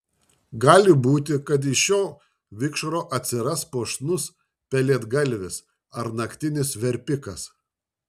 gali būti kad iš šio vikšro atsiras puošnus pelėdgalvis ar naktinis verpikas